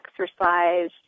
exercise